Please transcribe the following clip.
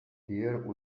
diğer